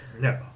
No